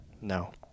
No